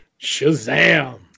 Shazam